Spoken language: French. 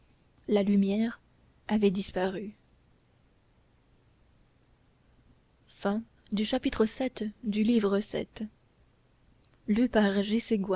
la lumière avait disparu